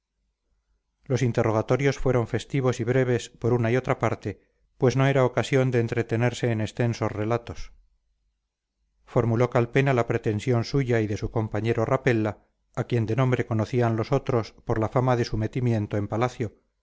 los interrogatorios fueron festivos y breves por una y otra parte pues no era ocasión de entretenerse en extensos relatos formuló calpena la pretensión suya y de su compañero rapella a quien de nombre conocían los otros por la fama de su metimiento en palacio